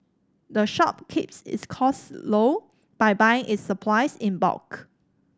the shop keeps its cost low by buying its supplies in bulk